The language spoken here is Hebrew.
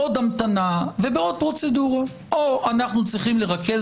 בעוד המתנה ובעוד פרוצדורה - או אנו צריכים לרכז